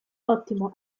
ottimo